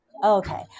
Okay